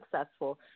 successful